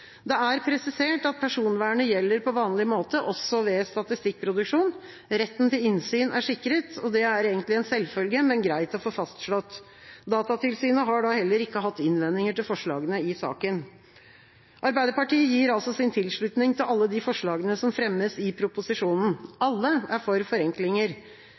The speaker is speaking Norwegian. Det er presisert at personvernet gjelder på vanlig måte også ved statistikkproduksjon. Retten til innsyn er sikret, og det er egentlig en selvfølge, men greit å få fastslått. Datatilsynet har da heller ikke hatt innvendinger mot forslagene i saken. Arbeiderpartiet gir altså sin tilslutning til alle de forslagene som fremmes i proposisjonen. Alle er for forenklinger.